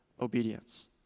obedience